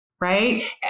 right